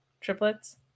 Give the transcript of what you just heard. triplets